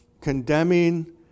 condemning